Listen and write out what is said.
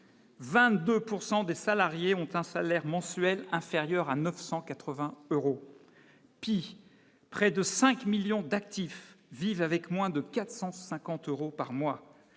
des des salariés ont un salaire mensuel inférieur à 980 euros pis près de 5 millions d'actifs vivent avec moins de 450 euros par mois